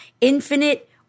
infinite